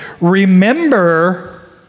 remember